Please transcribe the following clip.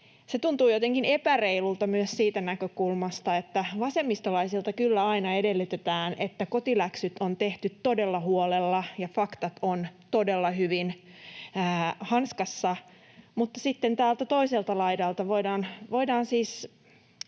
jotenkin epäreilulta myös siitä näkökulmasta, että vasemmistolaisilta kyllä aina edellytetään, että kotiläksyt on tehty todella huolella ja faktat ovat todella hyvin hanskassa, mutta sitten toiselta laidalta voidaan siis